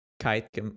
Kite